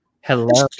Hello